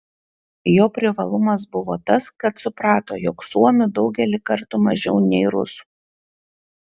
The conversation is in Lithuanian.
jo privalumas buvo tas kad suprato jog suomių daugelį kartų mažiau nei rusų